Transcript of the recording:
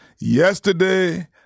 yesterday